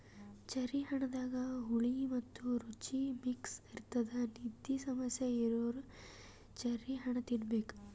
cherry ಹಣ್ಣದಾಗ್ ಹುಳಿ ಮತ್ತ್ ರುಚಿ ಮಿಕ್ಸ್ ಇರ್ತದ್ ನಿದ್ದಿ ಸಮಸ್ಯೆ ಇರೋರ್ ಚೆರ್ರಿ ಹಣ್ಣ್ ತಿನ್ನಬೇಕ್